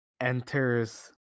enters